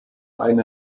eine